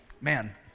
man